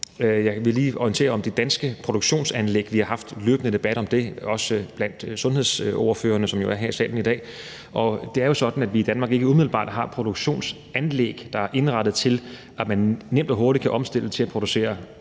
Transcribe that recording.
Jeg vil lige orientere om de danske produktionsanlæg. Vi har haft en løbende debat om dem, også blandt sundhedsordførerne, som jo er her i salen i dag. Og det er jo sådan, at vi i Danmark ikke umiddelbart har produktionsanlæg, der er indrettet til, at man nemt og hurtigt kan omstille til at producere de